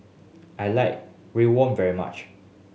I like riwon very much